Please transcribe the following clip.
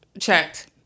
checked